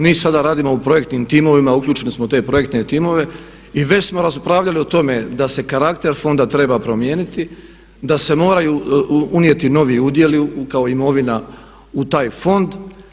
Mi sada radimo u projektnim timovima, uključeni smo u te projektne timove i već smo raspravljali o tome da se karakter fonda treba promijeniti, da se moraju unijeti novi udjeli kao imovina u taj fond.